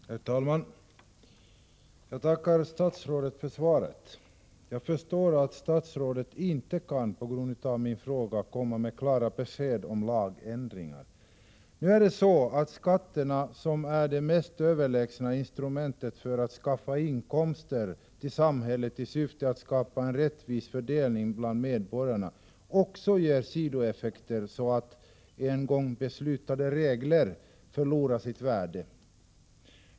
Herr talman! Jag tackar statsrådet för svaret. Jag förstår att statsrådet inte kan komma med ett klart besked om lagändringar. Det är så att skatterna, som är det mest överlägsna instrumentet för att skaffa inkomster till samhället i syfte att skapa en rättvis fördelning bland medborgarna, också ger sidoeffekter så att en gång beslutade regler förlorar sitt värde.